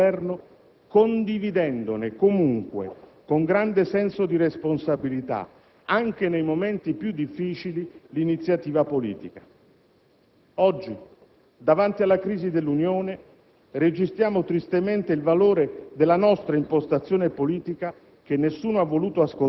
Lei, signor Presidente del Consiglio, non ha inteso seguire questo nostro positivo suggerimento, né tanto meno i rilievi, le tesi programmatiche, i tanti contributi ripetutamente disattesi che in questi mesi i liberaldemocratici hanno provato ad assicurare all'azione di Governo